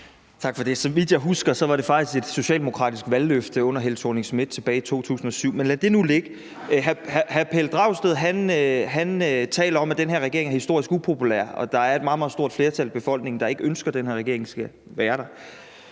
Tak for det. Så vidt jeg husker, var det faktisk et socialdemokratisk valgløfte under Helle Thorning-Schmidt tilbage i 2007, men lad det nu ligge. Hr. Pelle Dragsted taler om, at den her regering er historisk upopulær, og at der er et meget, meget stort flertal i befolkningen, der ikke ønsker, at den her regering skal være der.